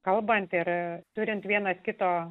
kalbant ir turint vienas kito